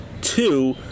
Two